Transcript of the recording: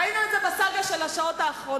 ראינו את זה בסאגה של השעות האחרונות.